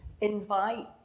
invite